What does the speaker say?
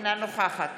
אינה נוכחת